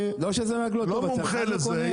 אני לא מומחה לזה,